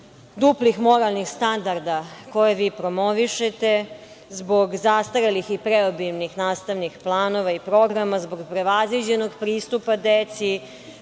duplih moralnih standarda koje vi promovišete, zbog zastarelih i preobilnih nastavnih planova i programa, zbog prevaziđenog pristupa deci,